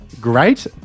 great